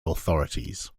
authorities